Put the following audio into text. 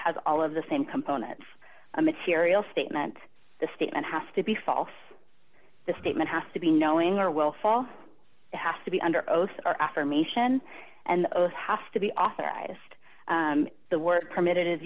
has all of the same components of material statement the statement has to be false the statement has to be knowing or will fall have to be under oath or affirmation and oath have to be authorized the word permitted is